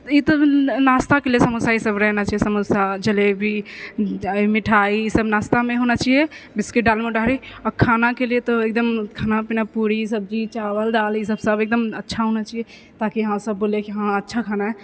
ई तऽ नास्ताके लिअऽ समोसा ई सब रहना छै समोसा जलेबी मिठाइ ई सब नास्तामे होना चाहिये बिस्कुट डालमोट आ खानाके लिए तऽ एगदम खानापीना पूरी सब्जी चावल दाल ई सब सब एगदम अच्छा होना चाहिए ताकि यहाँ सब बोलै कि हँ अच्छा खाना हइ